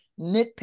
nitpick